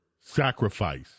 Sacrifice